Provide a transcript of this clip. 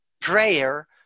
prayer